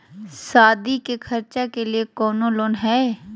सादी के खर्चा के लिए कौनो लोन है?